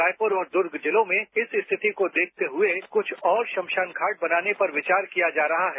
रायपुर और दुर्ग जिलों में इस स्थिति को देखते हुए कुछ और श्मशान घाट बनाने पर विचार किया जा रहा है